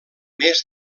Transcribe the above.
més